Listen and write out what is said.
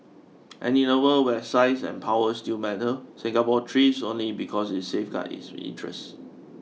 and in a world where size and power still matter Singapore thrives only because it safeguards its interests